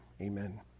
Amen